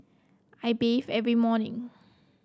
I bathe every morning